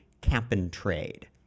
cap-and-trade